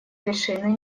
вершины